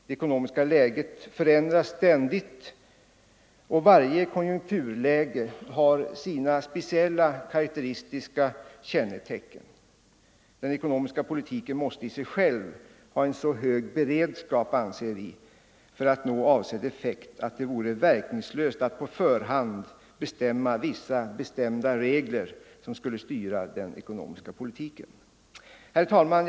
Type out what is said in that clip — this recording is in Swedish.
Det ekonomiska läget förändras ständigt, och varje konjunkturläge har sina speciella karak 49 teristiska kännetecken. Den ekonomiska politiken måste i sig själv ha en så hög beredskap för att nå avsedd effekt, att det vore verkningslöst att på förhand fastlägga vissa regler som skulle styra denna ekonomiska politik. Herr talman!